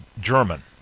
German